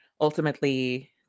ultimately